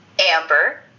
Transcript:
amber